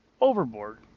overboard